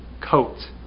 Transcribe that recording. coat